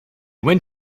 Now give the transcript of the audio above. went